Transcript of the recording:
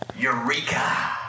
eureka